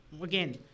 Again